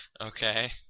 Okay